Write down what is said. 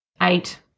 eight